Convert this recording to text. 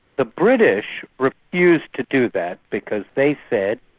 the british refused to do that because they said